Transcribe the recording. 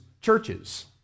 churches